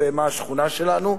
ומה השכונה שלנו,